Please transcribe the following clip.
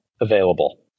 available